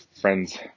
friends